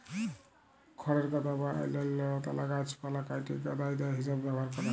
খড়ের গাদা বা অইল্যাল্য লতালা গাহাচপালহা কাইটে গখাইদ্য হিঁসাবে ব্যাভার ক্যরে